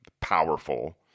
powerful